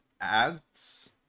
ads